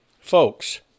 Folks